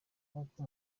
nk’uko